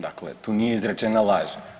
Dakle, tu nije izrečena laž.